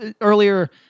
earlier